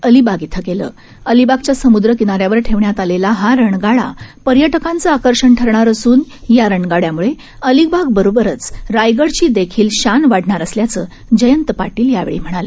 अलिबाग काल अलिबागच्यासमुद्रकिनारयावरठेवण्यातआलेलाहारणगाडापर्यटकांचंआकर्षणठरणार असून यारणगाडयाम्ळेअलिबागबरोबरचरायगडचीदेखीलशानवाढणारअसल्याचंजयंतपाटील यावेळी म्हणाले